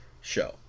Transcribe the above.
show